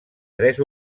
tres